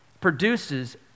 produces